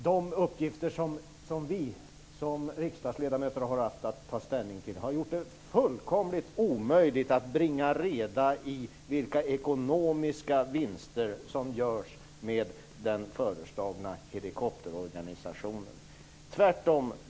De uppgifter som vi som riksdagsledamöter haft att ta ställning till har gjort det fullkomligt omöjligt att bringa reda i vilka ekonomiska vinster som görs med den föreslagna helikopterorganisationen.